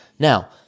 Now